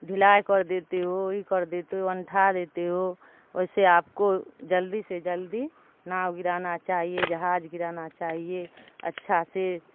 ڈھلائی کر دیتے ہو یہ کر دیتے ہو انٹھا دیتے ہو ویسے آپ کو جلدی سے جلدی ناؤ گرانا چاہیے جہاز گرانا چاہیے اچھا سے